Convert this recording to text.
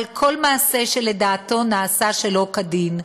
על כל מעשה שלדעתו נעשה שלא כדין,